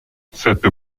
cette